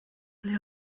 ble